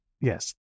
Yes